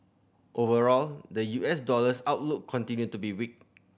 overall the U S dollar's outlook continued to be weak